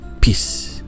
Peace